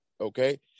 okay